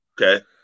Okay